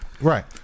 Right